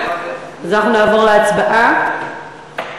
אנחנו נעבור להצבעה.